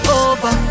over